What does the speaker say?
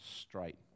straight